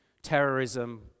Terrorism